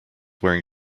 wearing